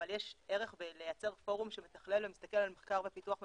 אבל יש ערך בלייצר פורום שמתכלל ומסתכל על מחקר ופיתוח ממשלתי,